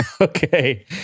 Okay